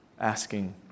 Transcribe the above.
asking